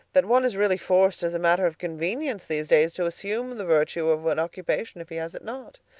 that one is really forced as a matter of convenience these days to assume the virtue of an occupation if he has it not.